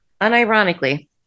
Unironically